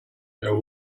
there